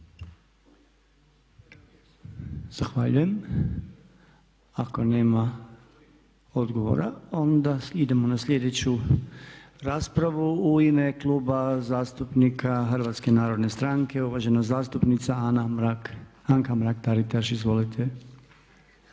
Zahvaljujem. Ako nema odgovora onda idemo na sljedeću raspravu. U ime Kluba zastupnika Hrvatske narodne stranke, uvažena zastupnica Anka Mrak-Taritaš, izvolite.